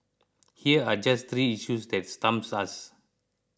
here are just three issues that stumps us